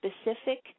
specific